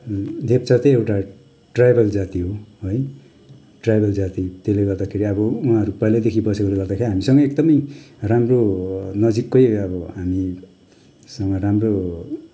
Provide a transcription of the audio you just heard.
लेप्चा चाहिँ एउटा ट्राइबल जाति हो है ट्राइबल जाति त्यसले गर्दाखेरि अब उहाँहरू पहिल्यैदेखि बसेकोले गर्दाखेरि हामीसँग एकदमै राम्रो नजिकै अब हामीसँग राम्रो